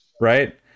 right